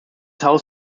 haus